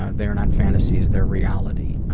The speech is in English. ah they are not fantasies, they are reality.